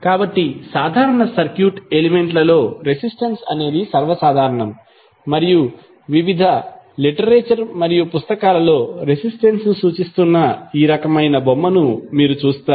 కాబట్టి సాధారణ circuit element లలో రెసిస్టెన్స్ అనేది సర్వసాధారణం మరియు వివిధ లిటరేచర్ మరియు పుస్తకాలలో రెసిస్టెన్స్ ను సూచిస్తున్న ఈ రకమైన బొమ్మను మీరు చూస్తారు